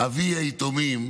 אבי היתומים.